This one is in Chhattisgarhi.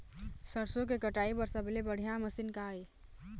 सरसों के कटाई बर सबले बढ़िया मशीन का ये?